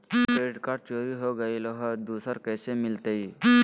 हमर credit card चोरी हो गेलय हई, दुसर कैसे मिलतई?